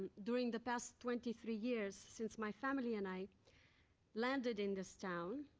during the past twenty three years since my family and i landed in this town